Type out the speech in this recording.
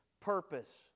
purpose